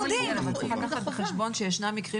אבל צריך לקחת בחשבון שישנם מקרים